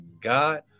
God